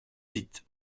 sites